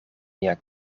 mia